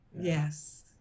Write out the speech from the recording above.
Yes